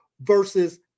versus